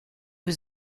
was